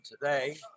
today